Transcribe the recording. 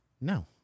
No